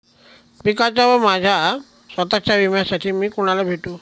पिकाच्या व माझ्या स्वत:च्या विम्यासाठी मी कुणाला भेटू?